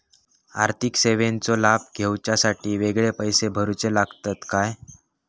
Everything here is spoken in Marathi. आर्थिक सेवेंचो लाभ घेवच्यासाठी वेगळे पैसे भरुचे लागतत काय?